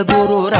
Guru